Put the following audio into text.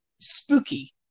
spooky